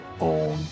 own